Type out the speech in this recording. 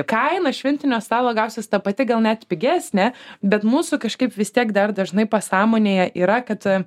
kaina šventinio stalo gausis ta pati gal net pigesnė bet mūsų kažkaip vis tiek dar dažnai pasąmonėje yra kad a